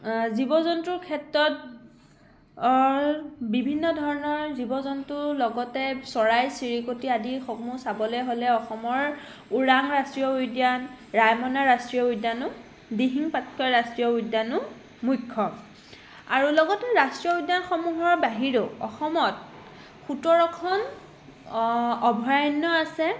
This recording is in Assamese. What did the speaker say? জীৱ জন্তুৰ ক্ষেত্ৰত বিভিন্ন ধৰণৰ জীৱ জন্তুৰ লগতে চৰাই চিৰিকটি আদিসমূহ চাবলৈ হ'লে অসমৰ ওৰাং ৰাষ্ট্ৰীয় উদ্যান ৰাইমনা ৰাষ্ট্ৰীয় উদ্যানো দিহিং পাটকাই ৰাষ্ট্ৰীয় উদ্যানো মুখ্য আৰু লগতে ৰাষ্ট্ৰীয় উদ্যানসমূহৰ বাহিৰেও অসমত সোতৰখন অভয়াৰণ্য আছে